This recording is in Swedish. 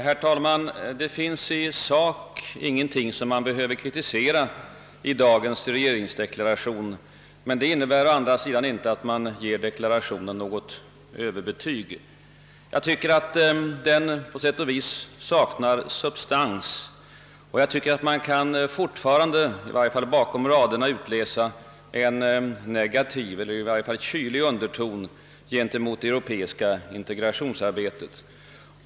Herr talman! Det finns i sak ingenting som man behöver kritisera i dagens regeringsdeklaration, men det innebär å andra sidan inte att man ger deklarationen något överbetyg. Jag tycker att den på sätt och vis saknar substans, och jag tycker att man fortfarande — i varje fall mellan raderna — kan utläsa en negativ eller i varje fall kylig underton gentemot det europeiska integrationsarbetet.